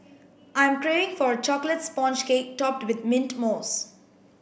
I am craving for a chocolate sponge cake topped with mint mousse